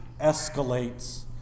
escalates